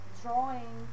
drawing